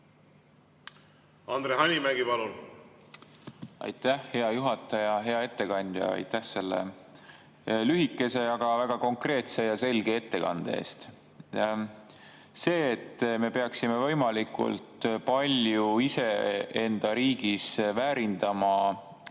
Andre Hanimägi, palun! Aitäh, hea juhataja! Hea ettekandja, aitäh selle lühikese, aga väga konkreetse ja selge ettekande eest! See, et me peaksime [puitu] võimalikult palju iseenda riigis väärindama,